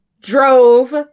drove